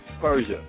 Persia